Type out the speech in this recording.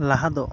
ᱞᱟᱦᱟ ᱫᱚ